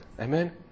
Amen